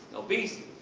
obesity?